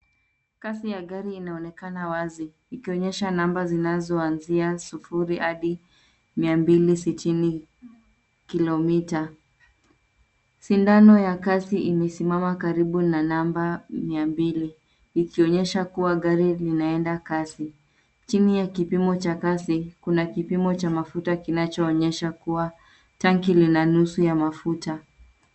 Kasi ya gari inaonekana wazi, ikionyesha namba zinazoanzia sufuri hadi mia mbili sitini kilometre . Sindano ya kasi imesimama karibu na namba mia mbili, ikionyesha kuwa gari linaenda kasi. Chini ya kipimo cha kasi, kuna kipimo cha mafuta kinachoonyesha kuwa tanki lina nusu ya mafuta.